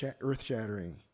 earth-shattering